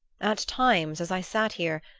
at times, as i sat here,